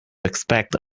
expect